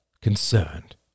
concerned